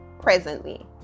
presently